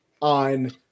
on